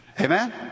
Amen